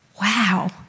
wow